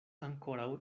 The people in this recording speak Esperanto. ankoraŭ